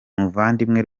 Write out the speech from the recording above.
muvandimwe